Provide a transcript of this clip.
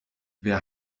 wer